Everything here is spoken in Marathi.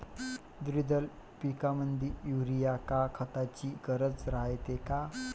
द्विदल पिकामंदी युरीया या खताची गरज रायते का?